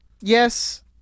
Yes